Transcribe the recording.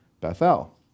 Bethel